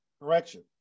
Correction